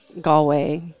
Galway